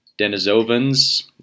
Denisovans